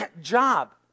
job